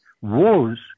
Wars